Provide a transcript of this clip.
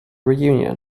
reunion